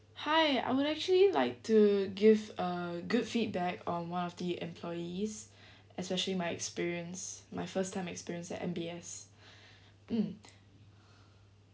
hi I would actually like to give a good feedback on one of the employees especially my experience my first time experience at M_B_S mm